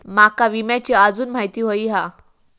माका विम्याची आजून माहिती व्हयी हा?